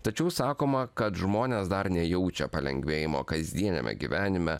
tačiau sakoma kad žmonės dar nejaučia palengvėjimo kasdieniame gyvenime